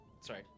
Sorry